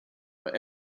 but